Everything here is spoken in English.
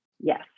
Yes